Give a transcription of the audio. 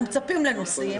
אנחנו מצפים לנושאים,